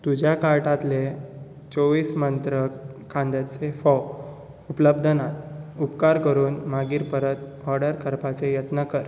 तुज्या कार्टांतले चोवीस मंत्रा कांद्याचे फोव उपलब्ध नात उपकार करून मागीर परत ऑर्डर करपाचो यत्न कर